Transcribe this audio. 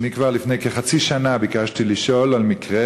כבר לפני כחצי שנה ביקשתי לשאול על מקרה,